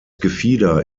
gefieder